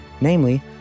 namely